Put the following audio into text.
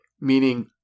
meaning